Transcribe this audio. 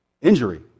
injury